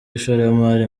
ishoramari